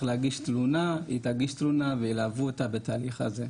להגיש תלונה היא תגיש תלונה וילוו אותה בתהליך הזה,